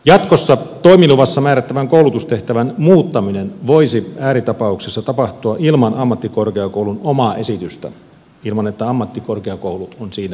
jatkossa toimiluvassa määrättävän koulutustehtävän muuttaminen voisi ääritapauksessa tapahtua ilman ammattikorkeakoulun omaa esitystä ilman että ammattikorkeakoulu on siinä aloitteellinen